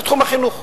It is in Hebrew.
זה תחום החינוך.